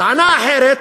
טענה אחרת: